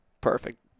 Perfect